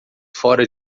fora